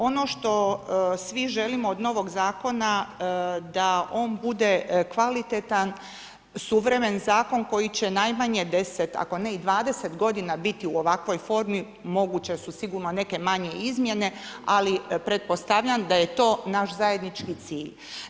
Ono što svi želimo od novog zakona da on bude kvalitetan, suvremen zakon koji će najmanje 10 ako ne i 20 godina biti u ovakvoj formi, moguće si sigurno neke manje izmjene ali pretpostavljam da je to naš zajednički cilj.